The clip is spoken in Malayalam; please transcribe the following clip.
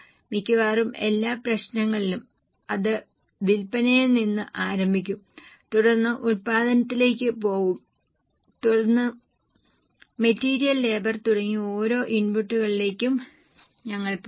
മിക്കവാറും എല്ലാ പ്രശ്നങ്ങളിലും അത് വിൽപ്പനയിൽ നിന്ന് ആരംഭിക്കും തുടർന്ന് ഉൽപാദനത്തിലേക്ക് പോകും തുടർന്ന് മെറ്റീരിയൽ ലേബർ തുടങ്ങി ഓരോ ഇൻപുട്ടുകളിലേക്കും ഞങ്ങൾ പോകും